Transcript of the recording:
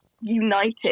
united